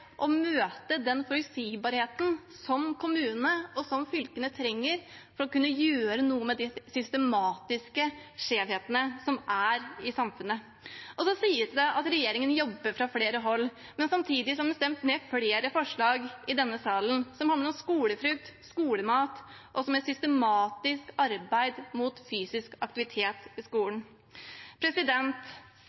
å møte den forutsigbarheten som kommunene og fylkene trenger for å kunne gjøre noe med de systematiske skjevhetene i samfunnet. Så sies det at regjeringen jobber fra flere hold. Men samtidig blir det stemt ned flere forslag i denne salen som handler om skolefrukt, skolemat og systematisk arbeid for fysisk aktivitet i skolen.